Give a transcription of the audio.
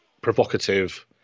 provocative